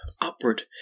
upward